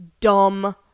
dumb